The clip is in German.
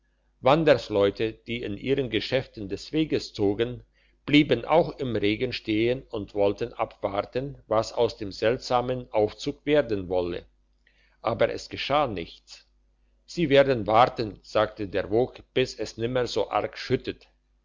wandersleute die in ihren geschäften des weges zogen blieben auch im regen stehen und wollten abwarten was aus dem seltsamen aufzug werden wolle aber es geschah nichts sie werden warten sagte der vogt bis es nimmer so arg schüttet